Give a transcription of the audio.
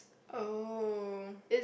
oh